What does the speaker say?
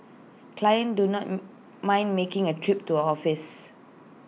clients do not mind making A trip to her office